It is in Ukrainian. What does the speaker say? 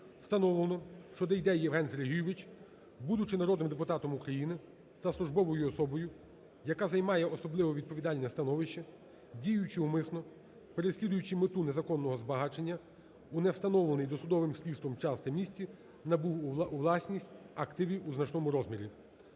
встановлено, що Дейдей Євген Сергійович, будучи народним депутатом України та службовою особою, яка займає особливо відповідальне становище, діючи умисно, переслідуючи мету незаконного збагачення у не встановлений досудовим слідством час та місці набув у власність активів у значному розмірі.